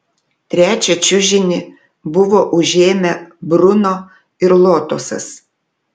trečią čiužinį buvo užėmę bruno ir lotosas